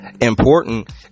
important